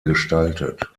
gestaltet